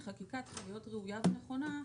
החקיקה צריכה להיות ראויה ונכונה,